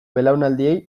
belaunaldiei